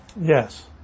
Yes